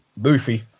Boofy